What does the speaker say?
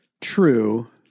True